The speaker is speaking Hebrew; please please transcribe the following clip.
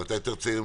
אתה צעיר יותר ממני,